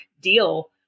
deal